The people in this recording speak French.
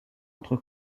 entre